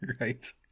Right